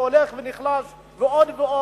שהולך ונחלש עוד ועוד,